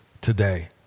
today